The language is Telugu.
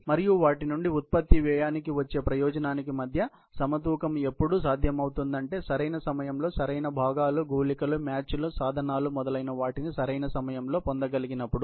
మరియు వాటి నుండి ఉత్పత్తి వ్యయానికి వచ్చే ప్రయోజనానికి మధ్య సమతూకం ఎప్పుడు సాధ్యమవుతుందంటే సరైన సమయంలో సరైన భాగాలు గుళికలు మ్యాచ్లు సాధనాలు మొదలైనవాటిని సరైన సమయంలో పొందగలిగినప్పుడు